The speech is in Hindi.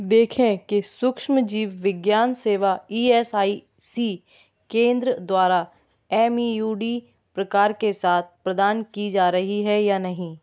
देखें कि सूक्ष्मजीव विज्ञान सेवा ई एस आई सी केंद्र द्वारा एम ई यू डी प्रकार के साथ प्रदान की जा रही है या नहीं